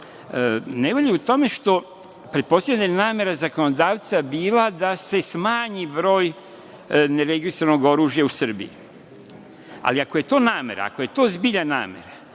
nevolja je u tome što, pretpostavljam da je namera zakonodavca bila da se smanji broj ne registrovanog oružja u Srbiji. Ako je to namera, ako je to zbilja namera,